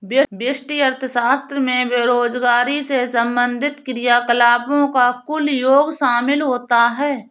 व्यष्टि अर्थशास्त्र में बेरोजगारी से संबंधित क्रियाकलापों का कुल योग शामिल होता है